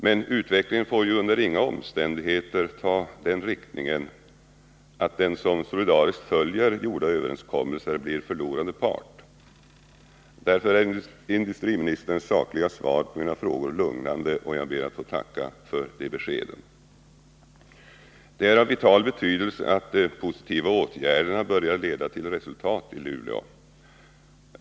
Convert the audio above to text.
Men utvecklingen får ju under inga omständigheter ta den riktningen att den som solidariskt följer gjorda överenskommelser blir förlorande part. Därför är industriministerns sakliga svar på mina frågor lugnande, och jag ber att få tacka för de beskeden. Det är av vital betydelse att de positiva åtgärderna börjar leda till resultat i Luleå.